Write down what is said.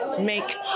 make